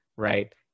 Right